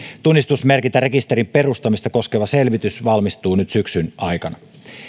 tunnistusmerkintärekisterin perustamista koskeva selvitys valmistuu nyt syksyn aikana